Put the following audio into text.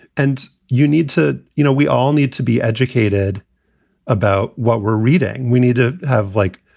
and you need to you know, we all need to be educated about what we're reading. we need to have, like,